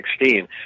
2016